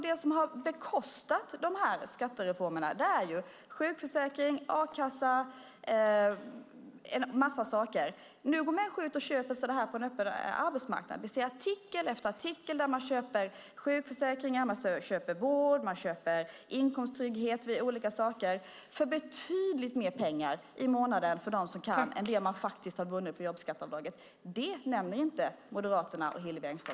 Det som har bekostat skattereformerna är sjukförsäkring, a-kassa och annat. Människor köper detta på en öppen marknad. De som kan köper sjukförsäkringar, vård och inkomsttrygghet för betydligt mer pengar per månad än vad man har vunnit på jobbskatteavdraget. Det nämner inte Moderaterna och Hillevi Engström.